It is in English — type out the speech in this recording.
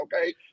okay